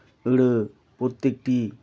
ᱟᱹᱲᱟᱹ ᱯᱨᱚᱛᱮᱠᱴᱤ